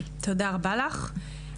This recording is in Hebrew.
תודה רבה לך.